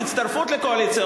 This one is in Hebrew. הצטרפות לקואליציה,